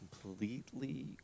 completely